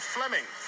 Fleming